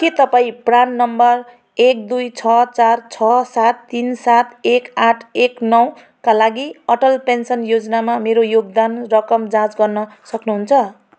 के तपाईँँ PRAN number एक दुई छ चार छ सात तिन सात एक आठ एक नौका लागि अटल पेन्सन योजनामा मेरो योगदान रकम जाँच गर्न सक्नुहुन्छ